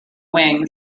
wing